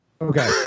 Okay